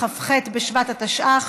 כ"ח בשבט התשע"ח,